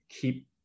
keep